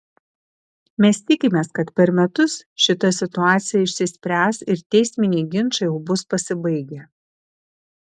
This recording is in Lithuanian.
mes tikimės kad per metus šita situacija išsispręs ir teisminiai ginčai jau bus pasibaigę